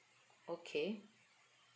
okay